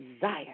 desire